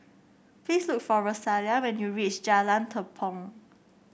please look for Rosalia when you reach Jalan Tepong